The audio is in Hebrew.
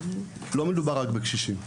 לא מדובר רק בקשישים.